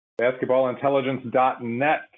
Basketballintelligence.net